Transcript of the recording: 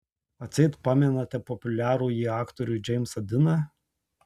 atseit pamenate populiarųjį aktorių džeimsą diną